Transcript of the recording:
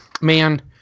Man